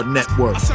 Network